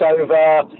over